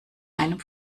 einem